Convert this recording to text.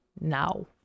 Now